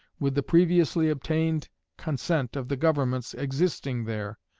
with the previously obtained consent of the governments existing there,